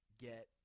get